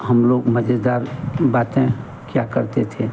हम लोग मज़ेदार बातें किया करते थे